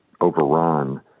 overrun